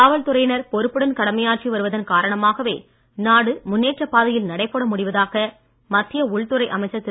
காவல்துறையினர் பொறுப்புடன் கடமையாற்றி வருவதன் காரணமாகவே நாடு முன்னேற்றப் பாதையில் நடைபோட முடிவதாக மத்திய உள்துறை அமைச்சர் திரு